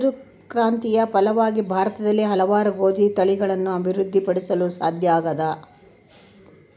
ಹಸಿರು ಕ್ರಾಂತಿಯ ಫಲವಾಗಿ ಭಾರತದಲ್ಲಿ ಹಲವಾರು ಗೋದಿ ತಳಿಗಳನ್ನು ಅಭಿವೃದ್ಧಿ ಪಡಿಸಲು ಸಾಧ್ಯ ಆಗ್ಯದ